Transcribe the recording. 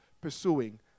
pursuing